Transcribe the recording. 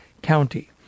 county